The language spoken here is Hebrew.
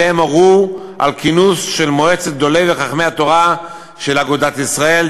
והם הורו על כינוס של מועצת גדולי וחכמי התורה של אגודת ישראל,